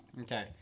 Okay